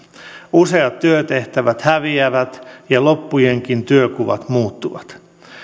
useat työtehtävät häviävät ja loppujenkin työnkuvat muuttuvat